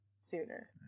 sooner